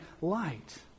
light